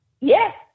Yes